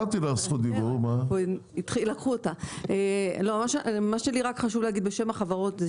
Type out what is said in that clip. מה שלי רק חשוב להגיד בשם החברות,